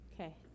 okay